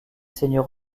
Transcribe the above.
seigneurs